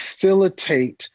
facilitate